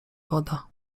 woda